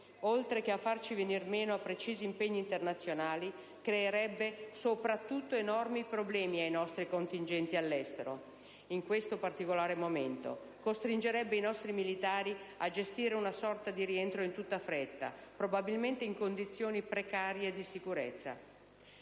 oltre a farci venir meno a precisi impegni internazionali, creerebbe soprattutto enormi problemi ai nostri contingenti all'estero in questo particolare momento, costringendo i nostri militari a gestire una sorta di rientro in tutta fretta, probabilmente in condizioni precarie di sicurezza.